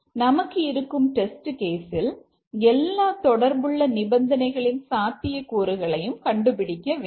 நமக்கு இருக்கும் டெஸ்ட் கேஸில் எல்லா தொடர்புள்ள நிபந்தனைகளின் சாத்தியக்கூறுகளையும் கண்டுபிடிக்க வேண்டும்